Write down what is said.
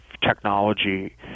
technology